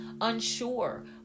unsure